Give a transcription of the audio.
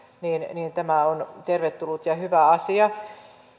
tämä on tervetullut ja hyvä asia